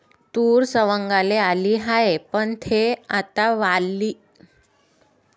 तूर सवंगाले आली हाये, पन थे आता वली झाली हाये, त सवंगनीनंतर कशी साठवून ठेवाव?